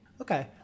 Okay